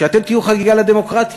שאתם תהיו חגיגה לדמוקרטיה.